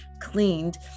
cleaned